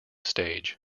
stage